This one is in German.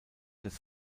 des